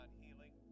healing